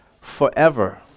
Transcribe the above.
forever